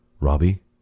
Robbie